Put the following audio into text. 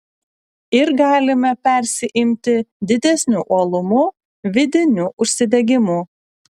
ir galime persiimti didesniu uolumu vidiniu užsidegimu